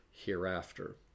hereafter